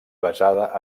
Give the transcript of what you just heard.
basada